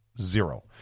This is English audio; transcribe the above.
zero